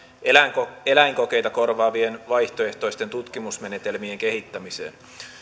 eläinkokeita eläinkokeita korvaavien vaihtoehtoisten tutkimusmenetelmien kehittämiseen